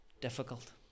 difficult